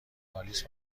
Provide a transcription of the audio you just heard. آلیس